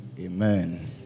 Amen